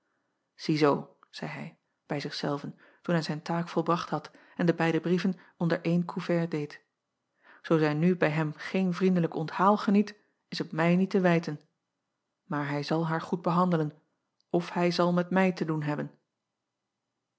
zeî hij bij zich zelven toen hij zijn taak volbracht had en de beide brieven onder één koevert deed zoo zij nu bij hem geen vriendelijk onthaal geniet is het mij niet te wijten aar hij zal haar goed behandelen of hij zal met mij te doen hebben